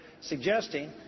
suggesting